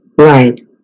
Right